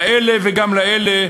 לאלה וגם לאלה,